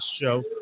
show